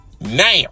Now